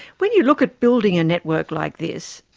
when you look at building a network like this,